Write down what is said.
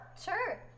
sure